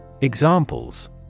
Examples